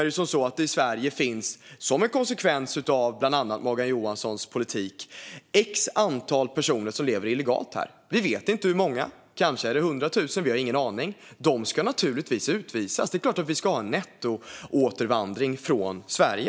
Dessutom finns det i Sverige, som en konsekvens av bland annat Morgan Johanssons politik, ett antal personer som lever här illegalt. Vi vet inte hur många. Kanske är det 100 000? Vi har ingen aning. De ska naturligtvis utvisas. Det är klart att vi ska ha nettoåtervandring från Sverige.